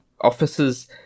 officers